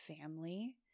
family